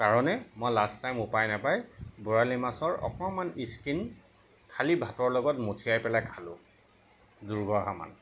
কাৰণে মই last time উপায় নাপায় বৰালি মাছৰ অকমান স্কিন খালী ভাতৰ লগত মথিয়াই পেলাই খালোঁ দুঘৰা মান